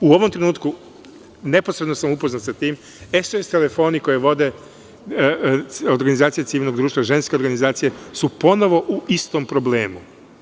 U ovom trenutku, neposredno sam upoznat sa tim, SOS telefoni koje vode organizacije civilnog društva, ženske organizacije, su ponovo u istom problemu.